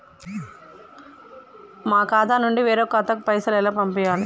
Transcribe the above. మా ఖాతా నుండి వేరొక ఖాతాకు పైసలు ఎలా పంపియ్యాలి?